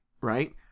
right